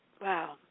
Wow